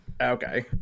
Okay